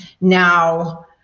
Now